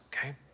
okay